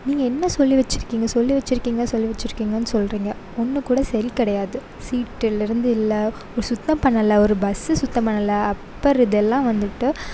நீங்கல் என்ன சொல்லி வச்சு இருக்கீங்க சொல்லி வச்சு இருக்கீங்க சொல்லி வச்சு இருக்கீங்கன்னு சொல்கிறீங்க ஒன்று கூட சரி கிடையாது சீட்டுலேருந்து இல்லை ஒரு சுத்தம் பண்ணல ஒரு பஸ்ஸு சுத்தம் பண்ணலை அப்பர் இதெல்லான் வந்துட்டு